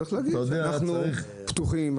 צריך להגיד שאנחנו פתוחים,